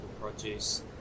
produce